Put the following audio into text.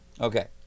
Okay